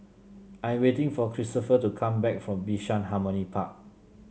I'm waiting for Christopher to come back from Bishan Harmony Park